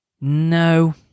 No